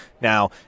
Now